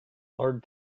lord